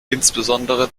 insbesondere